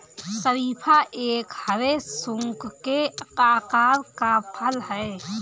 शरीफा एक हरे, शंकु के आकार का फल है